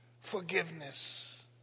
forgiveness